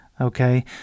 Okay